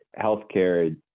healthcare